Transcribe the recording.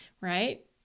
Right